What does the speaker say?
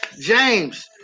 James